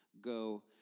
go